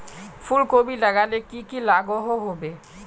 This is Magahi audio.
फूलकोबी लगाले की की लागोहो होबे?